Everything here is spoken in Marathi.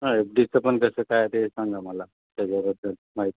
हं एफ डीचं पण कसं काय आहे ते सांगा मला त्याच्याबद्दल माहिती